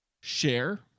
share